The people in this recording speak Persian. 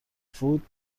فود